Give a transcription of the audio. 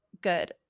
good